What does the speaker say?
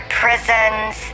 prisons